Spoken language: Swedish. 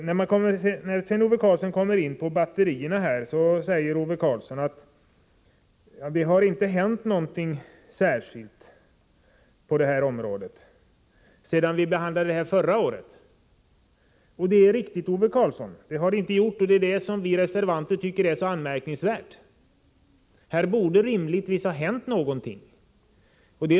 När Ove Karlsson sedan kommer in på frågan om batterierna säger han att det inte har hänt någonting särskilt på det området sedan vi behandlade frågan förra året. Det är riktigt, Ove Karlsson. Det är detta som vi reservanter tycker är så anmärkningsvärt. Här borde rimligtvis någonting ha hänt.